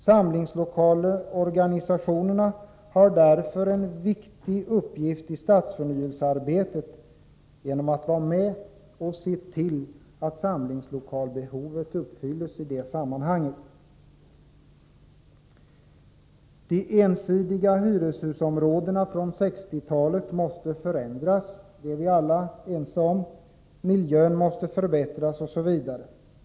Samlingslokalorganisationerna har därför en viktig uppgift i stadsförnyelsearbetet genom att vara med och se till att samlingslokalbehovet uppfylls. De ensidiga hyreshusområdena från 1960-talet måste förändras, miljön måste förbättras osv. — det är vi alla ense om.